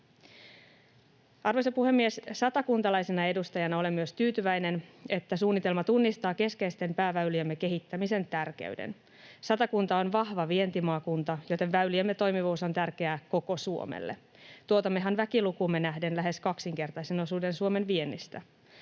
Arvoisa puhemies! Satakuntalaisena edustajana olen myös tyytyväinen, että suunnitelma tunnistaa keskeisten pääväyliemme kehittämisen tärkeyden. Satakunta on vahva vientimaakunta, joten väyliemme toimivuus on tärkeää koko Suomelle, tuotammehan väkilukuumme nähden lähes kaksinkertaisen osuuden Suomen viennistä.